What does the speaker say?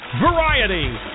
variety